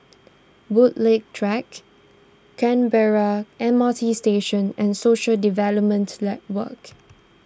Woodleigh Track Canberra M R T Station and Social Development Network